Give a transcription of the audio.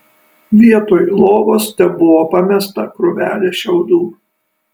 vietoj lovos tebuvo pamesta krūvelė šiaudų